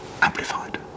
amplified